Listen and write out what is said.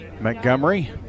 Montgomery